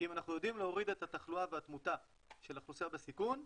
אם אנחנו יודעים להוריד את התחלואה והתמותה של האוכלוסייה בסיכון,